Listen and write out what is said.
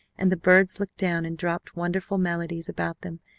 and the birds looked down and dropped wonderful melodies about them,